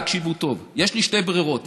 תקשיבו טוב: יש לי שתי ברירות,